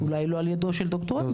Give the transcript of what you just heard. אולי לא על ידו של דר' הנדלר.